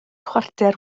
chwarter